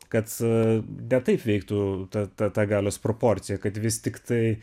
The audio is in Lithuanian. kad a ne taip veiktų ta ta ta galios proporcija kad vis tiktai